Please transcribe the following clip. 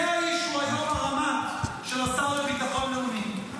זה האיש שהוא היום הרמ"ט של השר לביטחון לאומי.